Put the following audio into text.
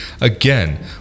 again